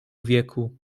wieku